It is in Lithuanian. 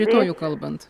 rytojų kalbant